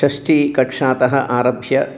षष्ठीकक्षातः आरभ्य